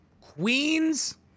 Queens